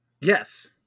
yes